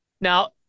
Now